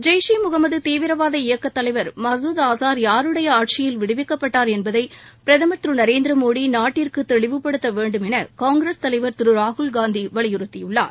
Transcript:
ஜெய்ஷ் ஈ முகமது தீவிரவாத இயக்கத் தலைவர் மசூத் அசார் யாருடைய விடுவிக்கப்பட்டார் என்பதை பிரதமர் திரு நரேந்திர மோடி நாட்டிற்கு தெளிவுபடுத்த வேண்டும் என காங்கிரஸ் தலைவர் திரு ராகுல்காந்தி வலியுறுத்தியுள்ளார்